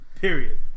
Period